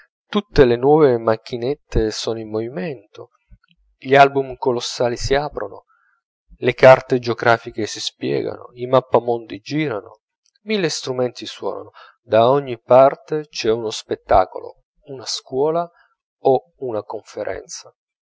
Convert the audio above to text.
tutte le nuove macchinette sono in movimento gli album colossali si aprono le carte geografiche si spiegano i mappamondi girano mille strumenti suonano da ogni parte c'è uno spettacolo una scuola o una conferenza